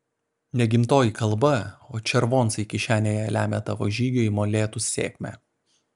ne gimtoji kalba o červoncai kišenėje lemia tavo žygio į molėtus sėkmę